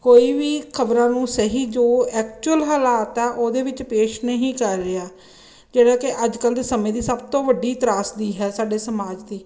ਕੋਈ ਵੀ ਖ਼ਬਰਾਂ ਨੂੰ ਸਹੀ ਜੋ ਐਕਚੁਅਲ ਹਾਲਾਤ ਆ ਉਹਦੇ ਵਿੱਚ ਪੇਸ਼ ਨਹੀਂ ਕਰ ਰਿਹਾ ਜਿਹੜਾ ਕਿ ਅੱਜ ਕੱਲ੍ਹ ਦੇ ਸਮੇਂ ਦੀ ਸਭ ਤੋਂ ਵੱਡੀ ਤ੍ਰਾਸਦੀ ਹੈ ਸਾਡੇ ਸਮਾਜ ਦੀ